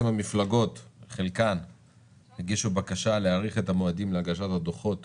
חלק מן המפלגות הגישו בקשה להאריך את המועדים להגשת הדוחות